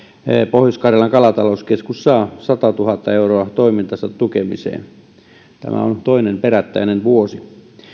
pohjois karjalan kalatalouskeskus saa satatuhatta euroa toimintansa tukemiseen tämä on toinen perättäinen vuosi